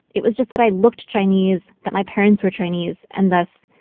it was just that i looked chinese, that my parents were chinese, and thus,